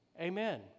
Amen